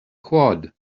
quad